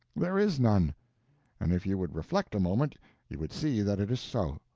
there is none and if you would reflect a moment you would see that it is so.